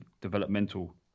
developmental